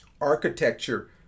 architecture